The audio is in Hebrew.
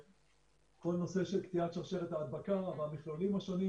כל הנושא של קטיעת שרשרת ההדבקה במכלולים השונים